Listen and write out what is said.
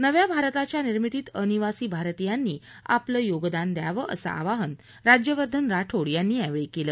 नव्या भारताच्या निर्मितीत अनिवासी भारतीयांनी आपलं योगदान द्यावं असं आवाहन राज्यवर्धन राठोद यांनी यावेळी केलं